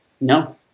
No